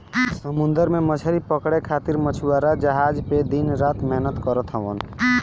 समुंदर में मछरी पकड़े खातिर मछुआरा जहाज पे दिन रात मेहनत करत हवन